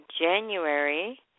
January